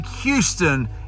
houston